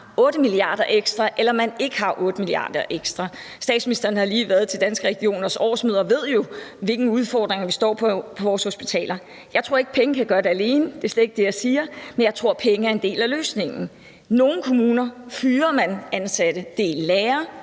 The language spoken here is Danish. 8 mia. kr. ekstra, eller om man ikke har 8 mia. kr. ekstra. Statsministeren har lige været til Danske Regioners årsmøde og ved jo, hvilke udfordringer vi står over for på vores hospitaler. Jeg tror ikke, at penge kan gøre det alene; det er slet ikke det, jeg siger. Men jeg tror, at penge er en del af løsningen. I nogle kommuner fyrer man ansatte. Det er lærere,